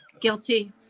guilty